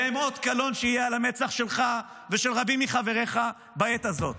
והם אות קלון שיהיה על המצח שלך ושל רבים מחבריך בעת הזאת.